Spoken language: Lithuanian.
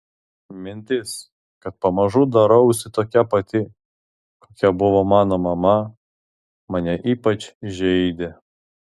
mintis kad pamažu darausi tokia pati kokia buvo mano mama mane ypač žeidė